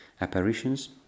apparitions